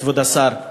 כבוד השר,